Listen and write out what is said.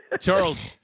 Charles